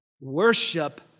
Worship